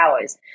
hours